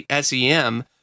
SEM